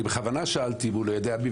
ובכוונה שאלתי אם הוא לא יודע מי,